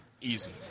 easy